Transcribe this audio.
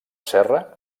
serra